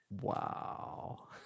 Wow